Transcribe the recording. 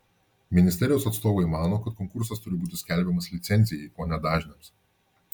ministerijos atstovai mano kad konkursas turi būti skelbiamas licencijai o ne dažniams